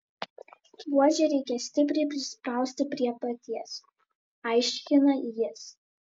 buožę reikia stipriai prispausti prie peties aiškina jis